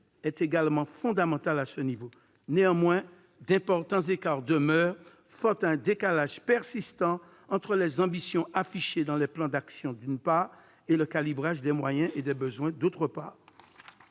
est également fondamental à ce niveau. Néanmoins, d'importants écarts demeurent du fait d'un décalage persistant entre les ambitions affichées dans les plans d'action, d'une part, et le calibrage des moyens et des besoins, d'autre part.